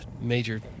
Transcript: major